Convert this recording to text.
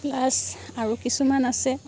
plus আৰু কিছুমান আছে